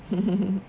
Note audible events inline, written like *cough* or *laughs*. *laughs*